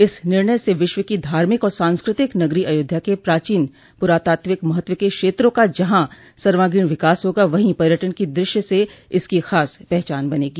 इस निर्णय से विश्व की धार्मिक और सांस्कृतिक नगरी अयोध्या के प्राचीन पुरातात्विक महत्व के क्षेत्रों का जहां सर्वांगीण विकास होगा वहीं पर्यटन की दृश्य से इसकी खास पहचान बनेगी